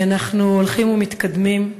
אנחנו הולכים ומתקדמים.